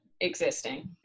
existing